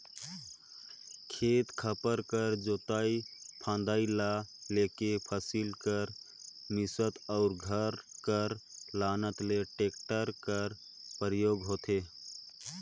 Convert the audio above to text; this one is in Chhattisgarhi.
खेत खाएर कर जोतई फदई ल लेके फसिल कर मिसात अउ घर कर लानत ले टेक्टर कर परियोग होथे